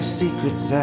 secrets